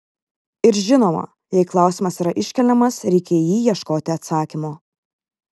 ir žinoma jei klausimas yra iškeliamas reikia į jį ieškoti atsakymo